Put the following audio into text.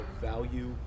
value